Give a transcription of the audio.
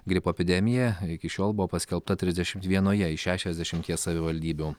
gripo epidemija iki šiol buvo paskelbta trisdešimt vienoje iš šešiasdešimties savivaldybių